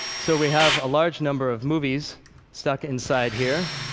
so we have a large number of movies stuck inside here.